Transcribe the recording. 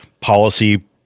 policy